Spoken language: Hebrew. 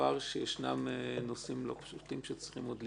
שיש נושאים לא פשוטים שצריכים עוד ליבון.